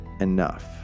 enough